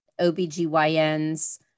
OBGYNs